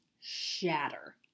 shatter